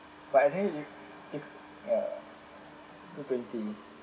but I think if you ya two twenty